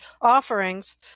offerings